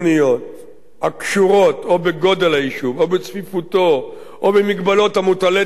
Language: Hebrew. הקשורות או בגודל היישוב או בצפיפותו או במגבלות המוטלות עלינו